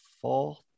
fourth